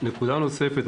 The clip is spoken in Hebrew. נקודה נוספת,